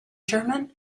german